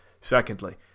Secondly